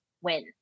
win